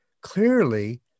Clearly